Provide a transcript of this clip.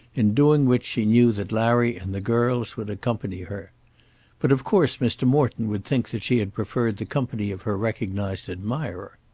in doing which she knew that larry and the girls would accompany her but of course mr. morton would think that she had preferred the company of her recognised admirer.